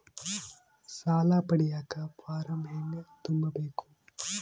ಸಾಲ ಪಡಿಯಕ ಫಾರಂ ಹೆಂಗ ತುಂಬಬೇಕು?